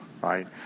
right